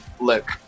look